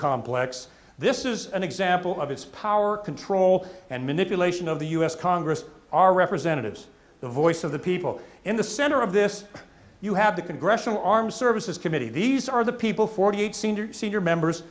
complex this is an example of its power control and manipulation of the us congress our representatives the voice of the people in the center of this you have the congressional armed services committee these are the people forty eight senior